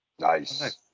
nice